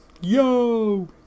Yo